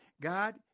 God